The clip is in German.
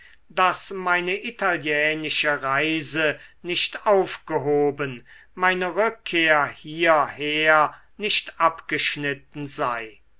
daß meine italienische reise nicht aufgehoben meine rückkehr hierher nicht abgeschnitten sei